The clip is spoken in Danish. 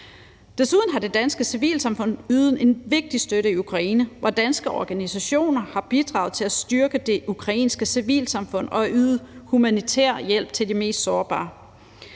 Desuden har det danske civilsamfund ydet en vigtig støtte i Ukraine, hvor danske organisationer har bidraget til at styrke det ukrainske civilsamfund og yde humanitær hjælp til de mest sårbare.